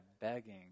begging